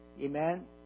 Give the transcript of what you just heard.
Amen